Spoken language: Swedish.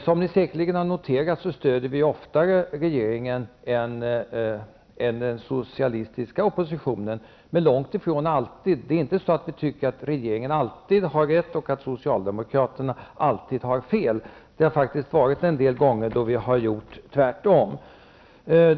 Som ni säkerligen har noterat stöder vi oftare regeringen än den socialistiska oppositionen, men det sker långt ifrån alltid. Vi tycker inte att regeringen alltid har rätt och att socialdemokraterna alltid har fel. Det har faktiskt hänt att vi har gjort tvärtom.